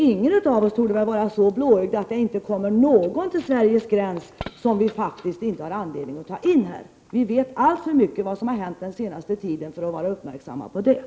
Ingen av oss är väl så blåögd att han eller hon tror att det inte kommer någon till Sveriges gräns som vi faktiskt inte har anledning att ta emot. Vi vet alltför mycket om vad som hänt den senaste tiden för att vi skall vara uppmärksamma på detta.